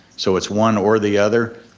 so it's one or the other.